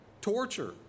torture